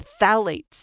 phthalates